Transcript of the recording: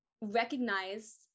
recognize